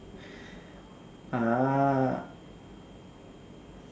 ah